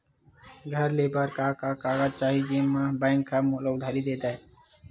घर ले बर का का कागज चाही जेम मा बैंक हा मोला उधारी दे दय?